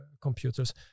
computers